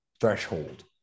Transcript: threshold